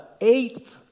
eighth